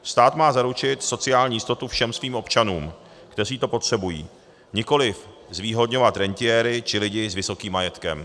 Stát má zaručit sociální jistotu všem svým občanům, kteří to potřebují, nikoliv zvýhodňovat rentiéry či lidi s vysokým majetkem.